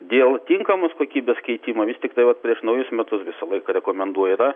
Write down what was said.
dėl tinkamos kokybės keitimo vis tiktai vat prieš naujus metus visą laiką rekomenduoju yra